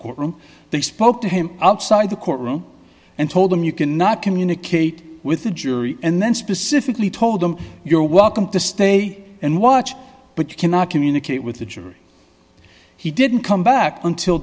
courtroom they spoke to him outside the courtroom and told them you cannot communicate with the jury and then specifically told them you're welcome to stay and watch but you cannot communicate with the jury he didn't come back until